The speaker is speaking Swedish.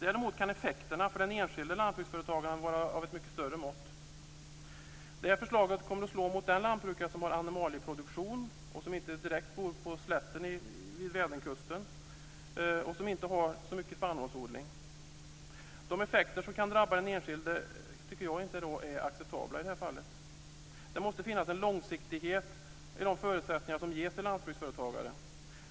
Däremot kan effekterna för den enskilde lantbruksföretagaren vara av mycket större mått. Det här förslaget kommer att slå mot lantbrukare med animalieproduktion vilka inte bor på den direkta slätten vid Vänerkusten och inte har så mycket spannmålsodling. Jag tycker inte att de effekter som i detta fall kan drabba den enskilde är acceptabla. Det måste finnas en långsiktighet i de förutsättningar som ges för lantbruksföretagare.